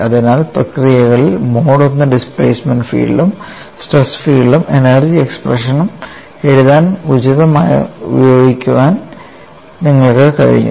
അതിനാൽ പ്രക്രിയകളിൽ mode I displacement ഫീൽഡും സ്ട്രെസ് ഫീൽഡും എനർജി എക്സ്പ്രഷൻ എഴുതാൻ ഉചിതമായി ഉപയോഗിക്കാൻ നിങ്ങൾക്ക് കഴിഞ്ഞു